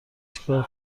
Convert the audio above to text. چیکار